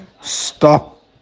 stop